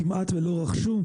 כמעט ולא רכשו.